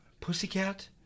Pussycat